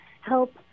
help